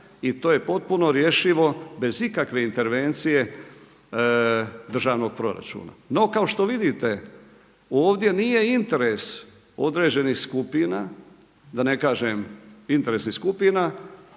i to je potpuno rješivo bez ikakve intervencije državnog proračuna. No, kao što vidite ovdje nije interes određenih skupina da ne kažem interesnih skupina